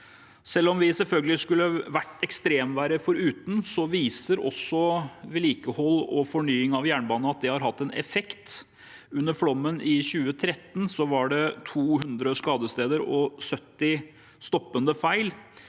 Selv om vi selvfølgelig skulle vært ekstremværet foruten, så viser også vedlikehold og fornying av jernbanen at det har hatt en effekt. Under flommen i 2013 var det 200 skadesteder og 70 stoppende feil.